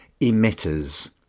emitters